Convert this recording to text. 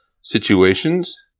situations